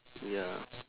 ya